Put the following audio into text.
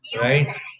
right